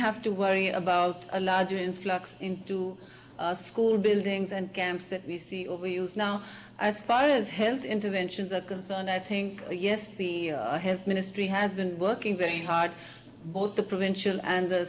have to worry about a larger influx into the school buildings and camps that we see over you now as far as health interventions are concerned i think yes the health ministry has been working very hard both the provincial and the